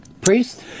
Priest